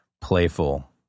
Playful